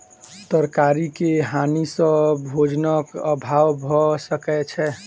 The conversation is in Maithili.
तरकारी के हानि सॅ भोजनक अभाव भअ सकै छै